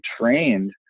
trained